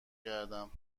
کردم